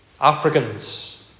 Africans